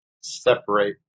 separate